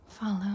Follow